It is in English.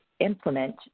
implement